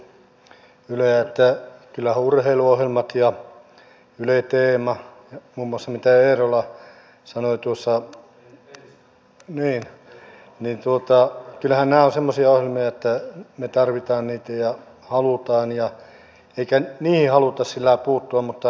kyllähän muun muassa urheiluohjelmat ja yle teema mitä eerola sanoi tuossa ovat semmoisia ohjelmia että me tarvitsemme ja haluamme niitä emmekä niihin halua sillä lailla puuttua